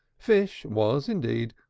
fish was, indeed,